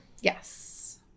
Yes